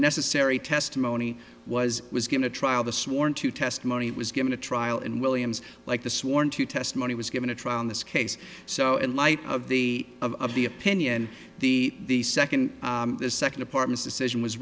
necessary testimony was was going to trial the sworn to testimony was given a trial and williams like the sworn to testimony was given a trial in this case so in light of the of the opinion the the second the second apartment decision was